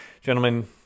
Gentlemen